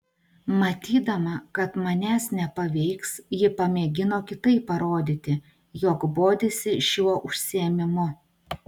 matydama kad manęs nepaveiks ji pamėgino kitaip parodyti jog bodisi šiuo užsiėmimu